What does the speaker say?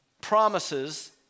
promises